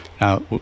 Now